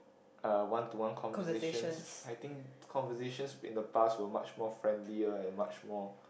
uh one to one conversations I think conversations in the past were much more friendlier and much more